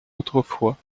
autrefois